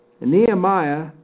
Nehemiah